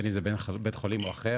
בין אם זה בית חולים או אחר,